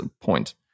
point